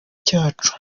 cyacu